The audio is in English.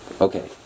Okay